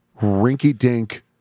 rinky-dink